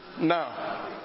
Now